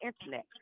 internet